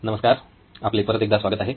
नमस्कार आपले परत एकदा स्वागत आहे